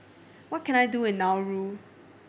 what can I do in Nauru